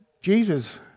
Jesus